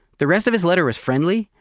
the rest of his letter was friendly,